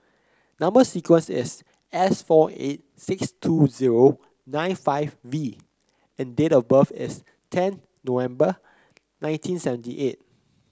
number sequence is S four eight six two zero nine five V and date of birth is ten November nineteen seventy eight